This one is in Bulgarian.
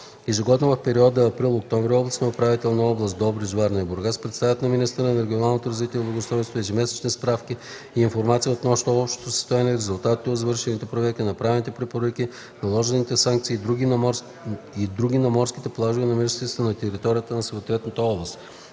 Ежегодно, в периода април-октомври, областните управители на областите Добрич, Варна и Бургас предоставят на министъра на регионалното развитие и благоустройството ежемесечни справки и информация относно общото състояние, резултатите от извършените проверки, направените препоръки, наложените санкции и други на морските плажове, намиращи се на територията на съответната област”.